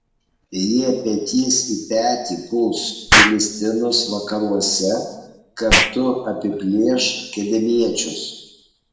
jie petys į petį puls filistinus vakaruose kartu apiplėš kedemiečius